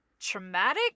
traumatic